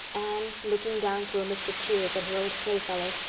anne, looking down through a mist of tears, at her old playfellow,